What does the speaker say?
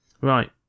Right